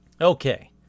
Okay